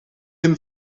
him